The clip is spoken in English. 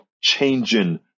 changing